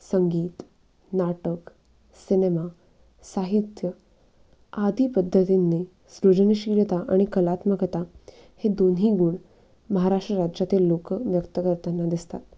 संगीत नाटक सिनेमा साहित्य आदी पद्धतींनी सृजनशीलता आणि कलात्मकता हे दोन्ही गुण महाराष्ट्र राज्यातील लोक व्यक्त करताना दिसतात